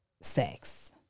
sex